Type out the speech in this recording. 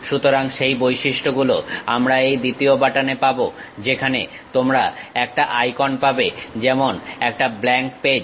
সুতরাং সেই বৈশিষ্ট্যগুলো আমরা এই দ্বিতীয় বাটন এ পাবো যেখানে তোমরা একটা আইকন পাবে যেমন একটা ব্ল্যাংক পেজ